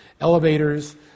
elevators